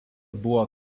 buvo